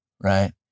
right